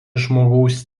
žmogaus